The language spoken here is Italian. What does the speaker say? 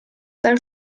dal